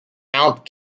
mount